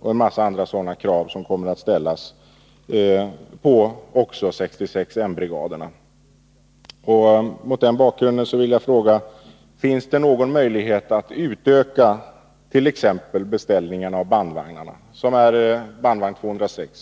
och andra sådana krav som kommer att ställas också på 66 M-brigaderna. Mot den bakgrunden vill jag fråga: Finns det någon möjlighet att utöka t.ex. beställningarna av bandvagn 206?